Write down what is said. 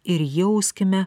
ir jauskime